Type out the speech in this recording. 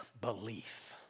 belief